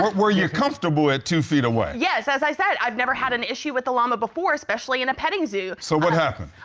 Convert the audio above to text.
were you comfortable at two feet away? yes, as i've said, i've never had an issue with a llama before, especially in a petting zoo so, what happened?